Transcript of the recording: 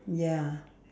ya